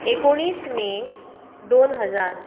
एकोणीस मे दोन हजार